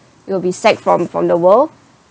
you will be sacked from from the world